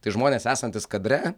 tai žmonės esantys kadre